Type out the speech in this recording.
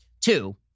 Two